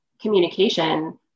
communication